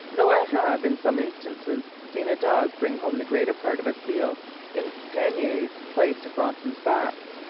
though i have in some instances seen a dog bring home the greater part of a seal in panniers placed across his back.